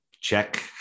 check